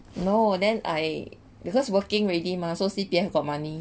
no then I because working already mah so C_P_F got money